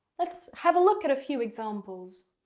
let's have a look at a few examples.